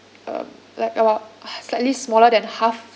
um like about slightly smaller than half